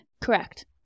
Correct